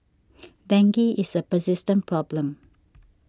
dengue is a persistent problem